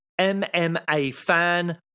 MMAFAN